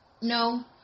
No